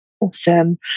Awesome